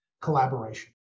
collaboration